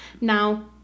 Now